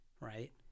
Right